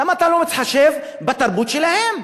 למה אתה לא מתחשב בתרבות שלהם?